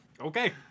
okay